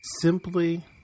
simply